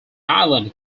island